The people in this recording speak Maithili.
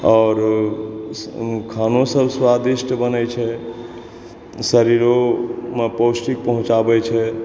आओर खानो सब स्वादिष्ट बनै छै शरीरों मे पौष्टिक पहुँचाबै छै